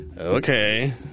okay